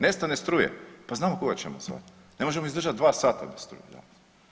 Nestane struje pa znamo koga ćemo zvati, ne možemo izdržati 2 sata bez struje.